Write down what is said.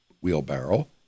wheelbarrow